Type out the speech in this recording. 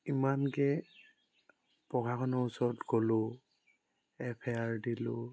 ইমানকৈ প্ৰশাসনৰ ওচৰত গ'লোঁ এফ আই আৰ দিলোঁ